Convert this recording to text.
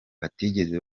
batigeze